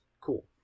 cool